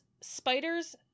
spiders